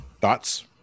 Thoughts